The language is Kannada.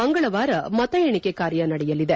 ಮಂಗಳವಾರ ಮತ ಎಣಿಕೆ ಕಾರ್ಯ ನಡೆಯಲಿದೆ